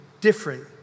different